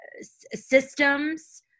systems